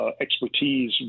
expertise